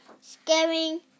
scaring